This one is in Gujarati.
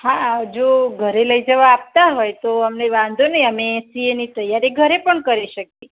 હા જો ઘરે લઈ જવા આપતા હોય તો અમને વાંધો નહીં અમે સી એની તૈયારી ઘરે પણ કરી શકીએ